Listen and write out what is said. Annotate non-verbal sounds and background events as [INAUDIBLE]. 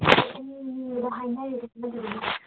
[UNINTELLIGIBLE]